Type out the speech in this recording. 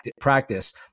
practice